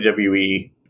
WWE